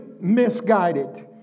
misguided